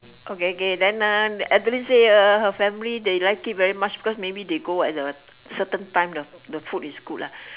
okay okay then ah adeline say ah her family they like it very much because they go at a certain time the food is good lah